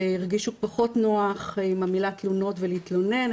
שהרגישו פחות נוח עם המילה 'תלונות' ו'להתלונן',